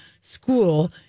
school